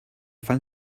fan